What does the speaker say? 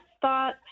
thought